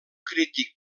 crític